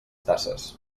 tasses